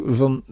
van